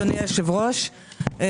אדוני היושב-ראש,